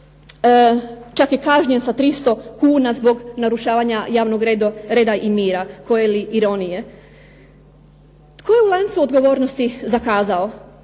čak je kažnjen sa 300 kuna zbog narušavanja javnog reda i mira, koje ironije. Tko je u lancu odgovornosti zakazao,